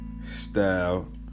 Style